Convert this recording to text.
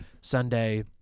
Sunday